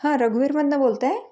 हा रघुवीरमधनं बोलत आहे